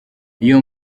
iyo